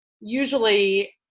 usually